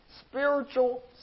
Spiritual